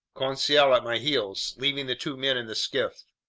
conseil at my heels, leaving the two men in the skiff.